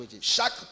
chaque